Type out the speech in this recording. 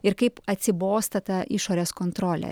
ir kaip atsibosta tą išorės kontrolė